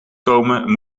komen